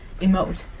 emote